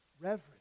Reverence